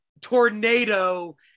tornado